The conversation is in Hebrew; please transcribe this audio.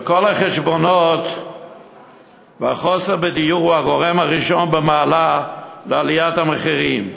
ובכל החשבונות החוסר בדיור הוא הגורם הראשון במעלה לעליית המחירים.